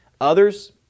Others